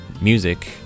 music